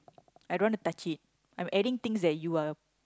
I don't wanna touch it I'm adding things that you are